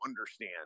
understand